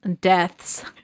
deaths